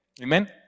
Amen